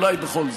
אולי בכל זאת.